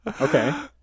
okay